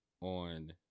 on